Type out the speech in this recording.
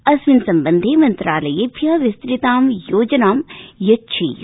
अस्मिन् सम्बन्धे मन्त्रालयेभ्य विस्तृतां योजनां यच्छेयु